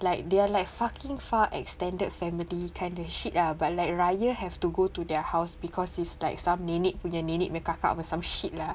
like they are like fucking far extended family kind of shit lah but like raya have to go to their house cause it's like some nenek punya nenek punya kakak punya some shit lah